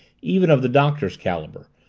even of the doctor's caliber,